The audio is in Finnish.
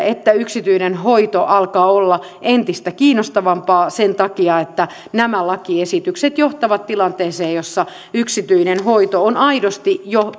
että yksityinen hoito alkaa olla entistä kiinnostavampaa sen takia että nämä lakiesitykset johtavat tilanteeseen jossa yksityinen hoito on jo